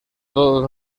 todos